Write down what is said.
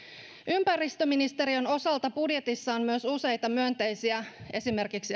ympäristöministeriön osalta budjetissa on myös useita myönteisiä esimerkiksi